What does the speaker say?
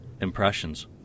impressions